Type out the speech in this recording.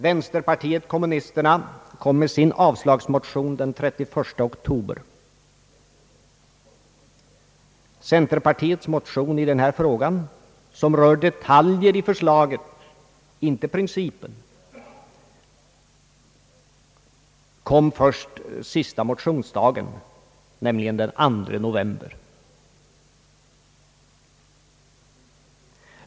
Vänsterpartiet kommunisterna kom med sin avslagsmotion den 31 oktober. Centerpartiets motion i denna fråga, som rör detaljer i förslaget — inte principen — kom först sista motionsdagen, nämligen den 2 november.